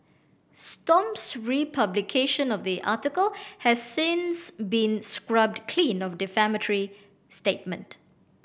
stomp's republication of the article has since been scrubbed clean of the defamatory statement